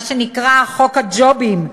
מה שנקרא חוק הג'ובים.